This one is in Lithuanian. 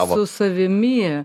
su savimi jie